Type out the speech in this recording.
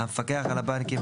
"המפקח על הבנקים,